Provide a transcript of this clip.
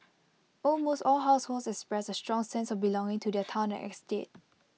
almost all households expressed A strong sense of belonging to their Town and estate